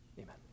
amen